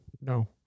no